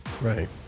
Right